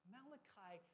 Malachi